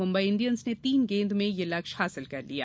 Mumbai Indians ने तीन गेंद में यह लक्ष्य हासिल कर लिया